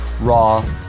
raw